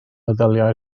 meddyliau